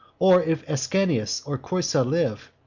or if ascanius or creusa live.